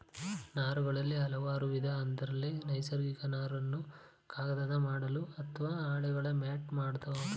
ನಾರುಗಳಲ್ಲಿ ಹಲವಾರುವಿಧ ಅದ್ರಲ್ಲಿ ನೈಸರ್ಗಿಕ ನಾರುಗಳನ್ನು ಕಾಗದ ಮಾಡಲು ಅತ್ವ ಹಾಳೆಗಳ ಮ್ಯಾಟ್ ಮಾಡ್ಬೋದು